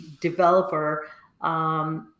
developer